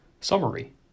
Summary